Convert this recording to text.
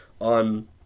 on